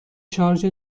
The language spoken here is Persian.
شارژر